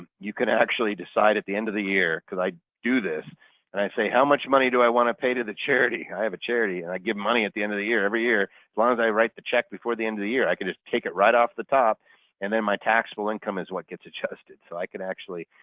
you can actually decide at the end of the year because i do this and i say, how much money do i want to pay to the charity? i have a charity and i give money at the end of the year, every year as long as i write the check before the end of the year, i can just take it right off the top and then my taxable income is what gets adjusted. so i can actually.